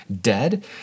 dead